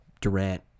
Durant